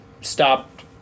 stopped